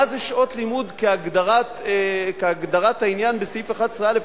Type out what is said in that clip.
מה זה "שעות לימוד" כהגדרת העניין בסעיף 11א,